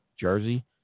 jersey